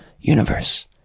universe